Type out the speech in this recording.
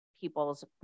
people's